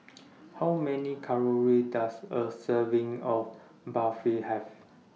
How Many Calories Does A Serving of Barfi Have